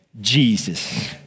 Jesus